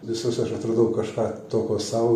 visose aš atradau kažką tokio sau